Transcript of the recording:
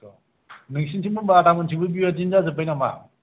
बेनोथ' नोंसिनिथिंबो होमबा आदामोननिथिंबो बेबादिनो जाजोब्बाय नामा